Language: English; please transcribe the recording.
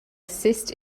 assist